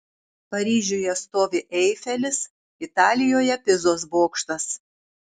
paryžiuje stovi eifelis italijoje pizos bokštas